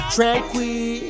Tranquil